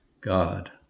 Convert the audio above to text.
God